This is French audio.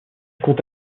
compte